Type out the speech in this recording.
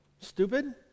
stupid